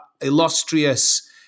illustrious